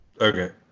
Okay